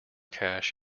cache